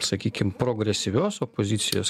sakykim progresyvios opozicijos